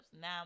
Now